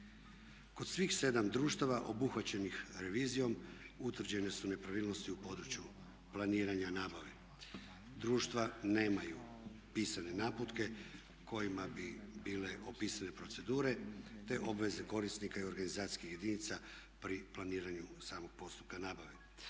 Kod svih 7 društava obuhvaćenih revizijom utvrđene su nepravilnosti u području planiranja nabave. Društva nemaju pisane naputke kojima bi bile opisane procedure te obveze korisnika i organizacijskih jedinica pri planiranju samog postupka nabave.